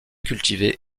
cultivé